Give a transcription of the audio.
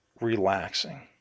relaxing